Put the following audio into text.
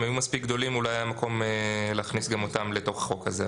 אם הם היו מספיק גדולים אולי היה מקום להכניס גם אותם לתוך החוק הזה,